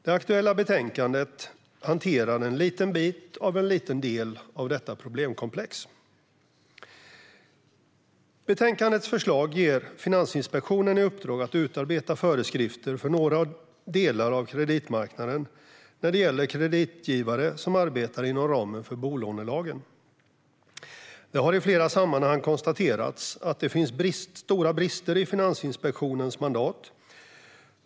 Det aktuella betänkandet hanterar en liten bit av en liten del av detta problemkomplex. Betänkandets förslag ger Finansinspektionen i uppdrag att utarbeta föreskrifter för några delar av kreditmarknaden när det gäller kreditgivare som arbetar inom ramen för bolånelagen. Det har i flera sammanhang konstaterats att det finns stora brister i Finansinspektionens mandat.